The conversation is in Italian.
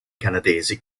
canadesi